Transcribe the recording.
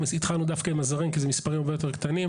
זה מנה מאוד מאוד נכבדת של תכנון.